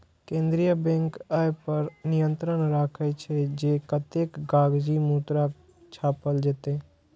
केंद्रीय बैंक अय पर नियंत्रण राखै छै, जे कतेक कागजी मुद्रा छापल जेतै